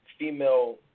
Female